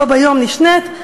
בו ביום נשנית,